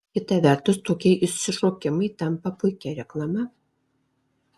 kita vertus tokie išsišokimai tampa puikia reklama